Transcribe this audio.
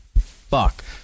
fuck